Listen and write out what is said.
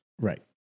Right